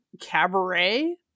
Cabaret